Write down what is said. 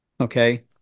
Okay